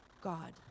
God